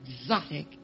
exotic